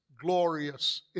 glorious